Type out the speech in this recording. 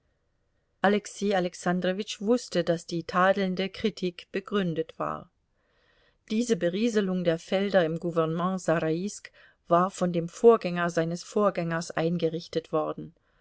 alexei alexandrowitsch wußte daß die tadelnde kritik begründet war diese berieselung der felder im gouvernement saraisk war von dem vorgänger seines vorgängers eingerichtet worden